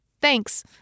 Thanks